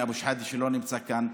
וסמי אבו שחאדה שלא נמצא כאן,